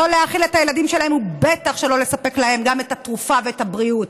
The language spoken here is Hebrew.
לא להאכיל את הילדים שלהן ובטח שלא לספק להם גם את התרופה ואת הבריאות.